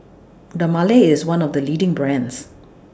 Dermale IS one of The leading brands